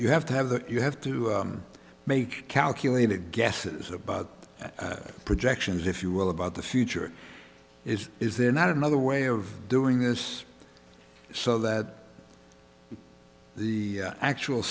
you have to have the you have to make calculated guesses about projections if you will about the future is is there not another way of doing this so that the actual